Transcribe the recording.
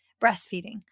breastfeeding